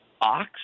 ox